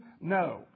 No